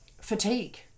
fatigue